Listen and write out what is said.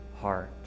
heart